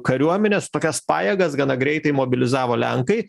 kariuomenės tokias pajėgas gana greitai mobilizavo lenkai